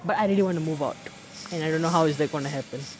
but I really want to move out and I don't know how is that gonna happen